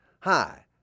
Hi